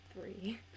three